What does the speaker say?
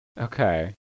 Okay